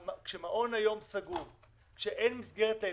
כשמעון היום סגור, כשאין מסגרת לילדים,